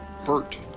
hurt